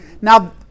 Now